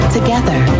Together